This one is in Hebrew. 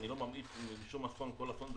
אני לא ממעיט בשום אסון כל אסון זה